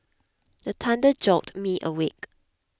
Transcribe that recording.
the thunder jolt me awake